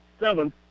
Seven